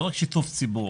לא רק שיתוף ציבור,